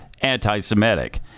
anti-Semitic